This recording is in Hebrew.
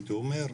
הייתי אומר,